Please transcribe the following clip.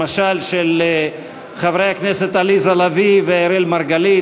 למשל של חברי הכנסת עליזה לביא ואראל מרגלית.